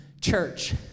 Church